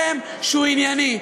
בא ומראה לכם שהוא ענייני,